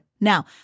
Now